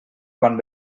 quan